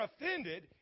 offended